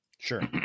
Sure